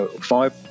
five